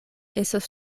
estos